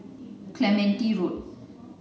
Clementi Road